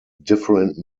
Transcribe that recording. different